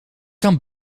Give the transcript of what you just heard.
kan